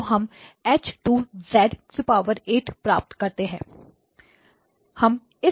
तो हम H 2 प्राप्त करते हैं